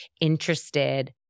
interested